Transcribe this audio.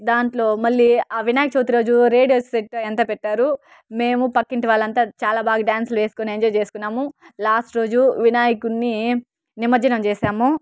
దాంట్లో మళ్ళీ ఆ వినాయక చవితి రోజు రేడియో సెట్ అయ్యి అంత పెట్టారు మేము పక్కింటి వాళ్ళంతా చాలా బాగా డ్యాన్స్లు వేసుకొని ఎంజాయ్ చేసుకున్నాము లాస్ట్ రోజు వినాయకున్ని నిమజ్జనం చేశాము